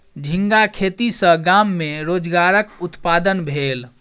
झींगा खेती सॅ गाम में रोजगारक उत्पादन भेल